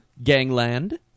Gangland